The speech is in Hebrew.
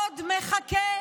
עוד מחכה.